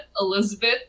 Elizabeth